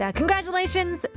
congratulations